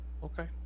Okay